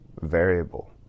variable